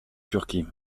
turquie